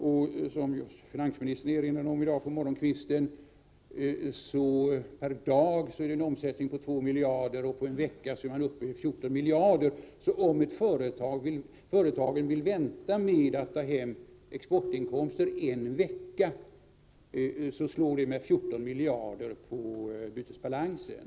Som finansministern erinrade om i dag på morgonkvisten så är det en omsättning på 2 miljarder kronor per dag, och på en vecka är man uppe i 14 miljarder kronor. Om företagen vill vänta med att ta hem exportinkomster en vecka slår det med 14 miljarder på bytesbalansen.